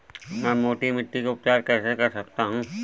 मैं मोटी मिट्टी का उपचार कैसे कर सकता हूँ?